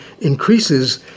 increases